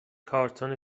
کارتن